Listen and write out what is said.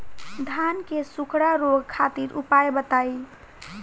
धान के सुखड़ा रोग खातिर उपाय बताई?